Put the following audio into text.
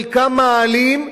חלקם מאהלים,